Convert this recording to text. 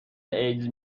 ایدز